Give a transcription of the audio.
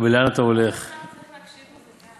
ולאן אתה הולך" כבוד השר צריך להקשיב לדובר.